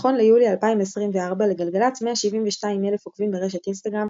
נכון ליולי 2024 לגלגלצ 172 אלף עוקבים ברשת אינסטגרם,